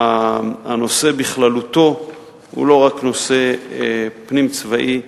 הנושא בכללותו הוא לא רק נושא פנים-צבאי,